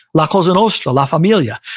la cosa nostra, la familia.